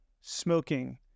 smoking